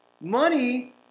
Money